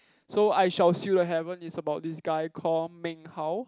so I-shall-seal-the-heaven is about this guy called Meng-Hao